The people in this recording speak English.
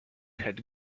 had